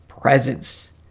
presence